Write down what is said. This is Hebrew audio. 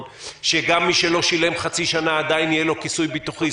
שגם מי שלא שילם במשך חצי שנה עדיין יהיה לו כיסוי ביטוחי.